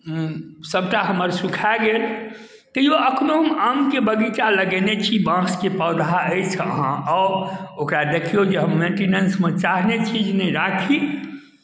सभटा हमर सुखा गेल तैओ एखनहु हम आमके बगीचा लगेने छी बाँसके पौधा अछि अहाँ आउ ओकरा देखियौ जे हम मेन्टिनेंसमे चाहने छी जे नहि राखी